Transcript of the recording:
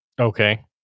Okay